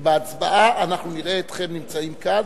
שבהצבעה אנחנו נראה אתכם נמצאים כאן,